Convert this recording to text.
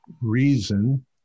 reason